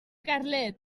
carlet